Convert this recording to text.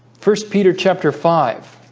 first peter chapter five